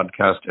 podcast